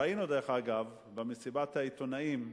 ראינו, אגב, במסיבת העיתונאים,